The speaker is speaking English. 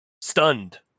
stunned